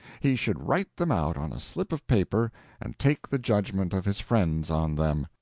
he should write them out on a slip of paper and take the judgment of his friends on them.